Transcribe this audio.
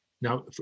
Now